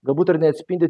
galbūt ir neatspindi